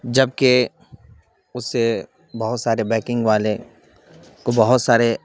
جبکہ اس سے بہت سارے بائیکنگ والے کو بہت سارے